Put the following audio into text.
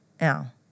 Now